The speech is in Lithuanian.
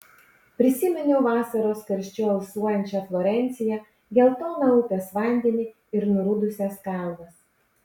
prisiminiau vasaros karščiu alsuojančią florenciją geltoną upės vandenį ir nurudusias kalvas